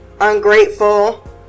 ungrateful